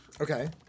Okay